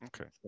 Okay